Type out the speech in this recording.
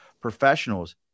professionals